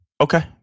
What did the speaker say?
Okay